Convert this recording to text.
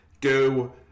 go